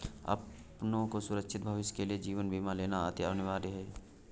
अपनों के सुरक्षित भविष्य के लिए जीवन बीमा लेना अति अनिवार्य है